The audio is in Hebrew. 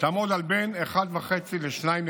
תעמוד על בין 1.5 ל-2.5